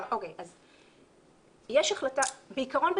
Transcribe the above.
בעיקרון,